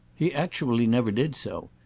he actually never did so,